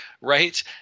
right